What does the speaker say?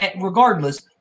regardless